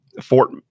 Fort